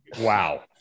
Wow